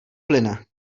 plyne